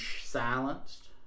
silenced